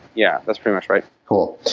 yeah. that's pretty much right cool.